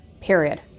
period